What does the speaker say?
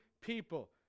people